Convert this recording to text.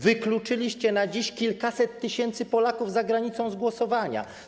Wykluczyliście na dziś kilkaset tysięcy Polaków będących za granicą z głosowania.